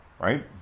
right